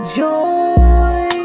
joy